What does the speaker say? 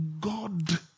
God